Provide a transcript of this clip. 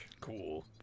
Cool